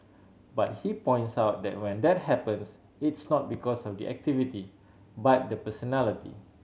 but he points out that when that happens it's not because of the activity but the personality